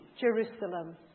Jerusalem